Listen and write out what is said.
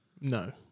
no